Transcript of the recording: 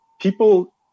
people